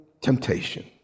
temptation